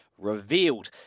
revealed